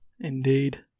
Indeed